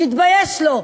שיתבייש לו.